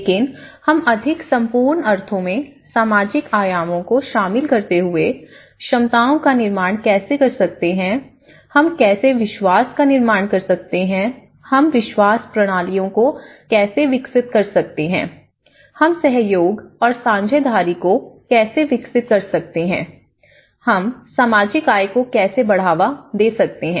लेकिन हम अधिक संपूर्ण अर्थों में सामाजिक आयामों को शामिल करते हुए क्षमताओं का निर्माण कैसे कर सकते हैं हम कैसे विश्वास का निर्माण कर सकते हैं हम विश्वास प्रणालियों को कैसे विकसित कर सकते हैं हम सहयोग और साझेदारी को कैसे विकसित कर सकते हैं हम सामाजिक आय को कैसे बढ़ावा दे सकते हैं